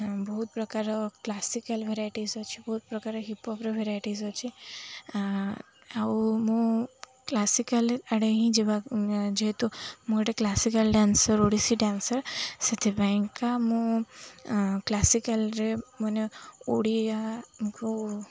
ବହୁତ ପ୍ରକାର classical variety ଅଛି ବହୁତ ପ୍ରକାର ହିପ୍ହପ୍ ଭେରାଇଟି ଅଛି ଆଉ ମୁଁ କ୍ଲାସିକାଲ୍ ଆଡ଼େ ହିଁ ଯିବା ଯେହେତୁ ମୁଁ ଗୋଟେ କ୍ଲାସିକାଲ୍ ଡ୍ୟାନ୍ସର୍ ଓଡ଼ିଶୀ ଡ୍ୟାନ୍ସର୍ ସେଥିପାଇଁକା ମୁଁ କ୍ଲାସିକାଲ୍ରେ ମାନେ ଓଡ଼ିଆକୁ